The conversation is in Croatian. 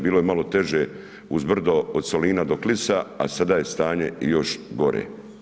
Bilo je malo teže uz brdo od Solina do Klisa, a sada je stanje još gore.